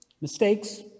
mistakes